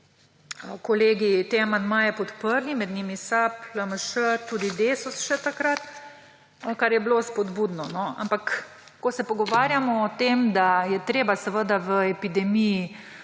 kolegi te amandmaje podprli, med njimi SAB, LMŠ, tudi Desus še takrat, kar je bilo spodbudno. Ampak ko se pogovarjamo o tem, da je treba v epidemiji